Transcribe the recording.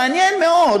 מעניין מאוד,